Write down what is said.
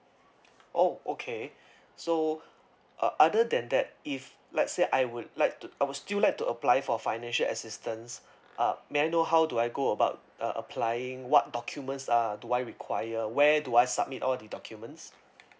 oh okay so uh other than that if let's say I would like to I would still like to apply for financial assistance uh may I know how do I go about uh applying what documents uh do I require where do I submit all the documents